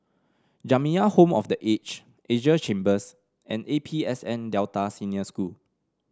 Jamiyah Home for The Aged Asia Chambers and A P S N Delta Senior School